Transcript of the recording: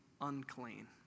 unclean